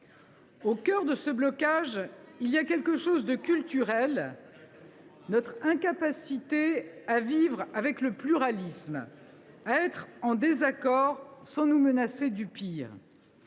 Au cœur de ce blocage, il y a quelque chose de culturel : notre incapacité à vivre avec le pluralisme, à être en désaccord sans nous menacer du pire.